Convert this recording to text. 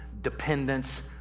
dependence